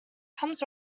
comes